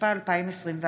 התשפ"א 2021,